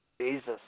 Jesus